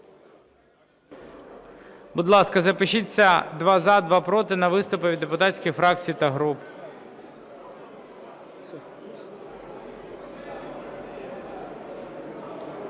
Будь ласка, запишіться: два – за, два – проти на виступи від депутатських фракцій та груп.